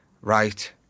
right